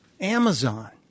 Amazon